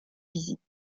visite